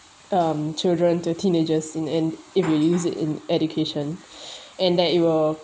um children to teenagers in in if you use it in education and that it will